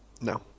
No